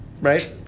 Right